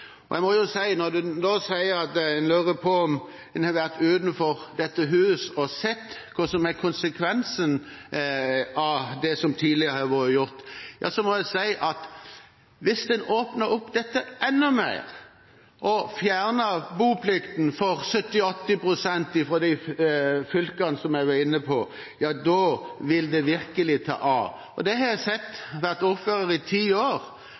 vært gjort, må jeg si at hvis en åpner dette enda mer opp og fjerner boplikten for 70–80 pst. i de fylkene som jeg var inne på, vil det virkelig ta av. Det har jeg sett. Jeg har vært ordfører i ti år,